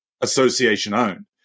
association-owned